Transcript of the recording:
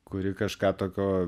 kuri kažką tokio